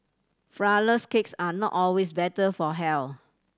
flourless cakes are not always better for health